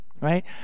right